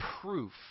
proof